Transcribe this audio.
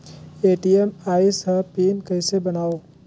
ATM आइस ह PIN कइसे बनाओ?